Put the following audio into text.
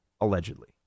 allegedly